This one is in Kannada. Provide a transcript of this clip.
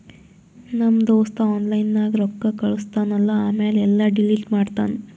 ನಮ್ ದೋಸ್ತ ಆನ್ಲೈನ್ ನಾಗ್ ರೊಕ್ಕಾ ಕಳುಸ್ತಾನ್ ಅಲ್ಲಾ ಆಮ್ಯಾಲ ಎಲ್ಲಾ ಡಿಲೀಟ್ ಮಾಡ್ತಾನ್